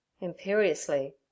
imperiously